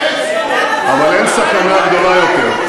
אבל אין סכנה גדולה יותר,